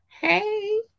Hey